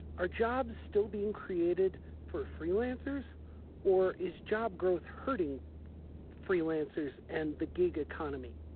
are jobs still being created for freelancers or is job growth hurting freelancers and the gig economy?